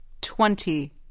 Twenty